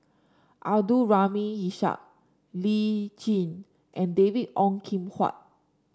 Abdul Rahim Ishak Lee Tjin and David Ong Kim Huat